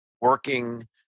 working –